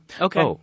Okay